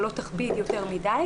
אבל לא תכביד יותר מדי,